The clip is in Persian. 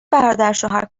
برادرشوهر